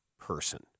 person